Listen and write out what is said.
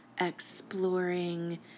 exploring